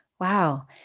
Wow